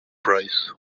prize